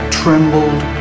trembled